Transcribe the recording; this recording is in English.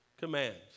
commands